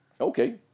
Okay